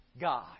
God